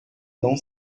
não